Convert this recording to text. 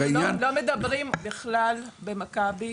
העניין --- אנחנו לא מדברים בכלל במכבי,